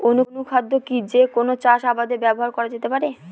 অনুখাদ্য কি যে কোন চাষাবাদে ব্যবহার করা যেতে পারে?